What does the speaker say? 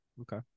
Okay